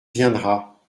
viendra